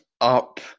up